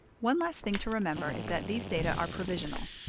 one last thing to remember is that these data are provisional.